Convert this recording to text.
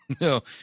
No